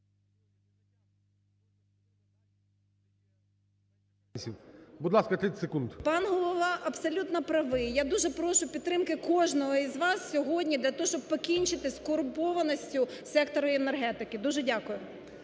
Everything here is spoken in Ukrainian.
Пан Голова абсолютно правий, я дуже прошу підтримки кожного з вас сьогодні для того, щоб покінчити з корумпованістю сектору енергетики. Дуже дякую.